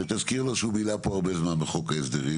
ותזכיר לו שהוא בילה פה הרבה זמן בחוק ההסדרים,